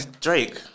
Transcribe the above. Drake